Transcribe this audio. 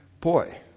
boy